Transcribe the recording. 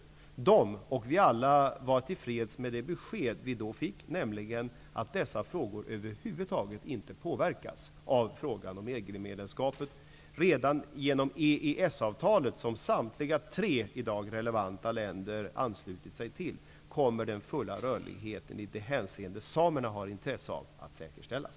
Samerna och vi alla var då till freds med det besked som vi fick, nämligen att dessa frågor över huvud taget inte påverkas av EG-medlemskapet. Redan genom EES-avtalet, som samtliga tre i dag relevanta länder har anslutit sig till, kommer den fulla rörligheten i det hänseende som samerna har intresse av att säkerställas.